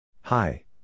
Hi